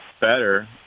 better